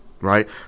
Right